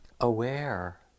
aware